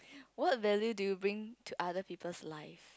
what value do you bring to other people's life